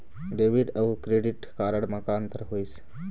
Debit अऊ credit card म का अंतर होइस?